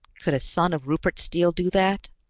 could a son of rupert steele do that?